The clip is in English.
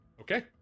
Okay